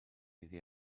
iddi